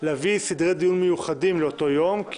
נביא סדרי דיון מיוחדים לאותו יום.